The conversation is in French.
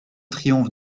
triomphe